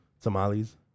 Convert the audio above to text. Tamales